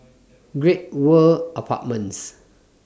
Great World Apartments